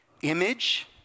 Image